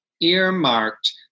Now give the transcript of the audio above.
earmarked